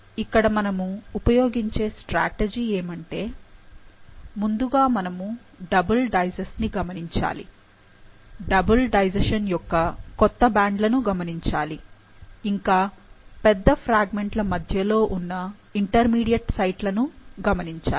ఇక్కడ మనము ఉపయోగించే స్ట్రాటజీ ఏమంటే ముందుగా మనము డబుల్ డైజెస్ట్ ని గమనించాలి డబుల్ డైజెషన్ యొక్క కొత్త బ్యాండ్లను గమనించాలి ఇంకా పెద్ద ఫ్రాగ్మెంట్ ల మధ్యలో ఉన్న ఇంటర్మీడియెట్ సైట్లను గమనించాలి